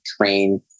train